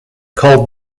called